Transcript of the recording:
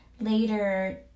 later